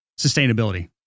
sustainability